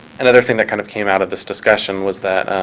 another thing that kind of came out of this discussion was that